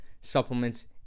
supplements